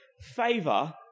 favor